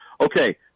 Okay